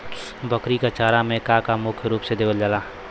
बकरी क चारा में का का मुख्य रूप से देहल जाई?